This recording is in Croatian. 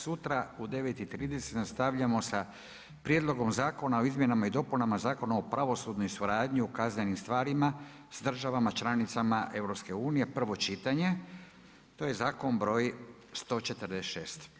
Sutra u 9,30 nastavljamo sa Prijedlogom Zakona o izmjenama i dopunama Zakona o pravosudnoj suradnji u kaznenim stvarima s državama članicama EU-a, prvo čitanje, to je zakon br. 146.